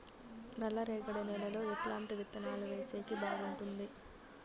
నల్లరేగడి నేలలో ఎట్లాంటి విత్తనాలు వేసేకి బాగుంటుంది?